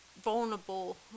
vulnerable